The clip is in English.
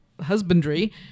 husbandry